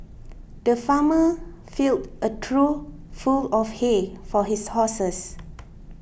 the farmer filled a trough full of hay for his horses